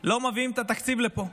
לא מביאים את התקציב לפה.